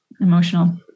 emotional